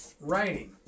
writing